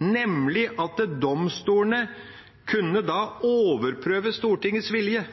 nemlig at domstolene da kunne overprøve Stortingets vilje.